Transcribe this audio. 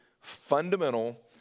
fundamental